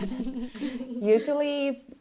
usually